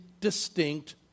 distinct